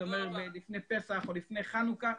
לפני פסח או חנוכה,